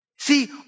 See